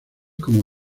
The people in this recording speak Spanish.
como